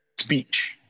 speech